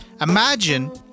Imagine